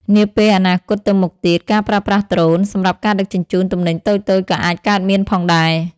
នាពេលអនាគតទៅមុខទៀត ការប្រើប្រាស់ដ្រូន សម្រាប់ការដឹកជញ្ជូនទំនិញតូចៗក៏អាចកើតមានផងដែរ។